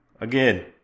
again